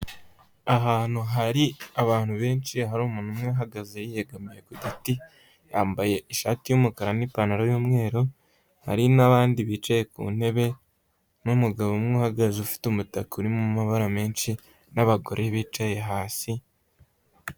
Ahantu hari abantu benshi hari umuntu umwe uhahagaze yegamye ku giti yambaye ishati y'umukara n'ipantaro y'umweru, hari n'abandi bicaye ku ntebe n'umugabo umwe uhagaze ufite umutaka urimo amabara menshi, n'abagore bicaye hasi.